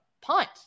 punt